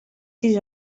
sis